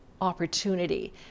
opportunity